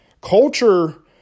Culture